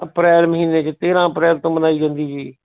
ਅਪ੍ਰੈਲ ਮਹੀਨੇ 'ਚ ਤੇਰ੍ਹਾਂ ਅਪ੍ਰੈਲ ਤੋਂ ਮਨਾਈ ਜਾਂਦੀ ਜੀ